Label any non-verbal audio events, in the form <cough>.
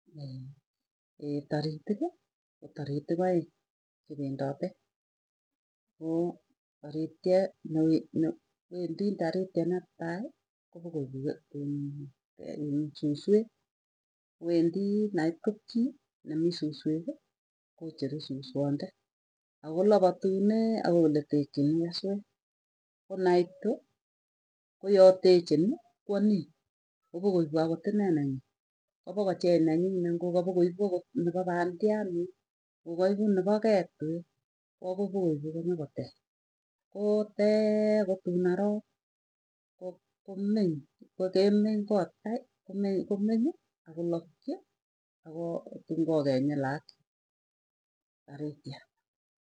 <hesitation> taritki ko taritik aeng chependote, koo taritwe wendi taritwe netai kopoko ipu iin suswek konait kapchii nemiii susweki kocheru suswande, akolapatunee ako oletekchini keswet. Konaitu koyatecheni kwo niin kopokoipu akot ine nenyi, kopokocheng nenyi nengokapokoip akot nepo pandiat ngokaipu nepo ket wee pokoipu akonyokotech. Kotee kutun norok ko komeny kemeny kot kai ko komeny akolokchi ako tun kokeny laak taritwe.